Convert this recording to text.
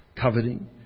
Coveting